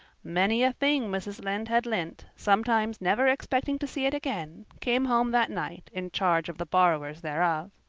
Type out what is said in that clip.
many a thing mrs. lynde had lent, sometimes never expecting to see it again, came home that night in charge of the borrowers thereof.